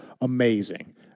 Amazing